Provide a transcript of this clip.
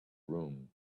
room